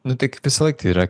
nu kaip visąlaik tai yra